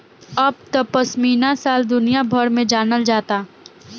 अब त पश्मीना शाल दुनिया भर में जानल जाता